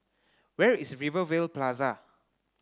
where is Rivervale Plaza